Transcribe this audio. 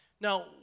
Now